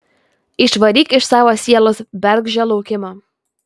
išvaryk iš savo sielos bergždžią laukimą